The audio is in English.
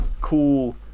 cool